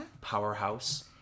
powerhouse